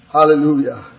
Hallelujah